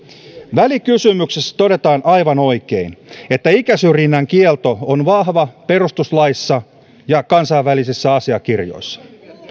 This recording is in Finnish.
välikysymyksessä todetaan aivan oikein että ikäsyrjinnän kielto on vahva perustuslaissa ja kansainvälisissä asiakirjoissa